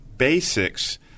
basics